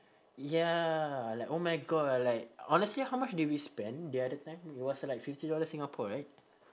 ya like oh my god like honestly how much did we spend the other time it was like fifty dollars singapore right